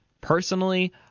personally